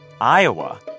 Iowa